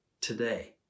today